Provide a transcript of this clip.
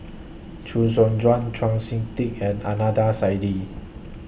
Chee Soon Juan Chau Sik Ting and Ananda Saidi